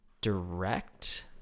direct